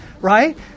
right